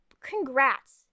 congrats